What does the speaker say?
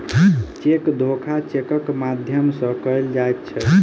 cheque धोखा चेकक माध्यम सॅ कयल जाइत छै